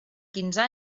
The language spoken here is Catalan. quinze